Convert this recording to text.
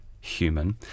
human